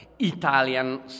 Italian